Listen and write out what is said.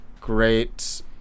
great